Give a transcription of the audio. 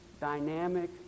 dynamic